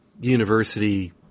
university